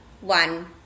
one